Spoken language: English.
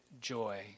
joy